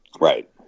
right